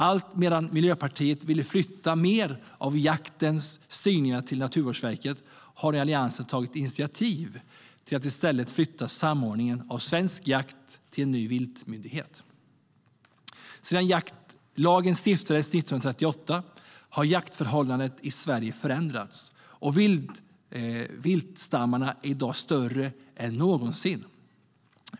Alltmedan Miljöpartiet har velat flytta mer av jaktens styrning till Naturvårdsverket har Alliansen tagit initiativ till att i stället flytta samordningen av svensk jakt till en ny viltmyndighet. Sedan jaktlagen stiftades 1938 har jaktförhållandena i Sverige förändrats, och viltstammarna är i dag större än någonsin.